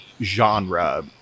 genre